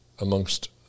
amongst